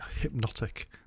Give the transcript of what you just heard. hypnotic